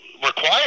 Required